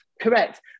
Correct